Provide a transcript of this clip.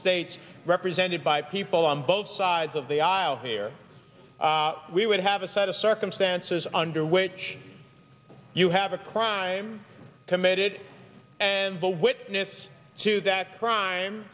states represented by people on both sides of the aisle here we would have a set of circumstances under which you have a crime committed and the witness to that crime